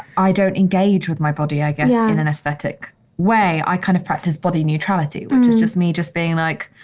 i don't engage with my body, i guess, yeah in an and aesthetic way. i kind of practice body neutrality. which is just me just being like,